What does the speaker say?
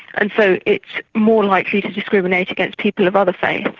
and so it's more likely to discriminate against people of other faiths,